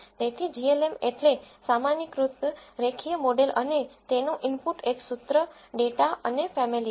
તેથી glm એટલે સામાન્યીકૃત રેખીય મોડેલ અને તેનો ઇનપુટ એક સૂત્ર ડેટા અને ફમિલી છે